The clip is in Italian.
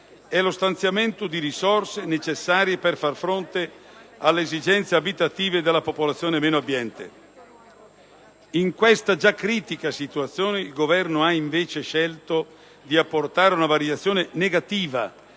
è lo stanziamento di risorse necessarie per far fronte alle esigenze abitative della popolazione meno abbiente. In questa già critica situazione il Governo ha, invece, scelto di apportare una variazione negativa